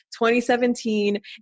2017